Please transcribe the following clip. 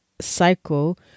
cycle